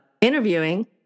interviewing